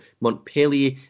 Montpellier